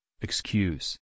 Excuse